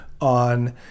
on